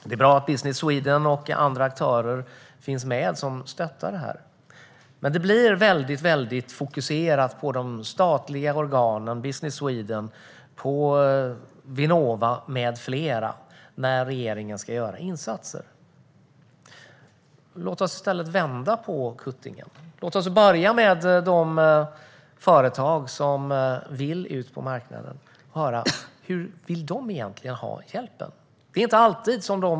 Det är bra att Business Sweden, Vinnova och andra aktörer finns med och stöttar, men det blir väldigt fokuserat på de statliga organen när regeringen ska göra insatser. Låt oss i stället vända på kuttingen. Låt oss börja med de företag som vill ut på marknaden och höra vilken hjälp de egentligen vill ha.